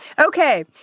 Okay